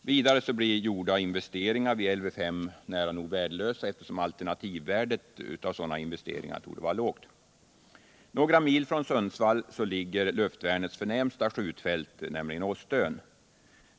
Vidare blir gjorda investeringar vid Lv SS nära nog värdelösa eftersom = alternativvärdet torde vara lågt. Några mil från Sundsvall ligger luftvärnets förnämsta skjutfält, nämligen Åstön.